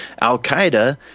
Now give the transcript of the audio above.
Al-Qaeda